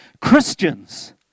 Christians